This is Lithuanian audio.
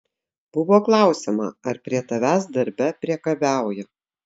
buvo klausiama ar prie tavęs darbe priekabiauja